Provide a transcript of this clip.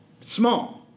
Small